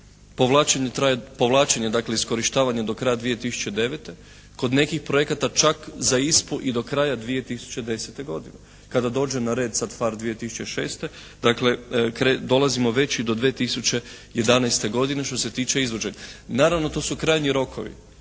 Povlačenje, dakle iskorištavanje do kraja 2009. kod nekih projekata za ISPA-u i do kraja 2010. godine. Kada dođe na red sada PHARE 2006. dakle dolazimo već i do 2011. godine što se tiče izvođenja. Naravno to su krajnji rokovi.